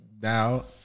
now